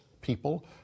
people